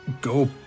go